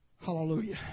Hallelujah